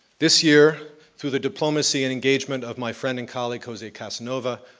this year, through the diplomacy and engagement of my friend and colleague jose casanova,